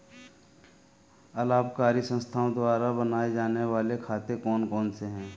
अलाभकारी संस्थाओं द्वारा बनाए जाने वाले खाते कौन कौनसे हैं?